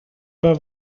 pas